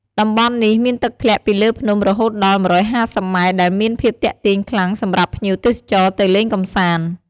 តំបន់នេះ មានទឹកធ្លាក់ពីលើភ្នំរហូតដល់ ១៥០ម៉ែត្រ ដែលមានភាពទាក់ទាញខ្លាំងសម្រាប់ភ្ញៀវទេសចរទៅលេងកម្សាន្ត ។